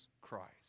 Christ